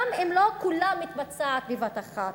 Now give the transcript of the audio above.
גם אם לא כולה מתבצעת בבת-אחת.